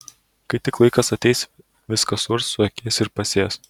kai tik laikas ateis viską suars suakės ir pasės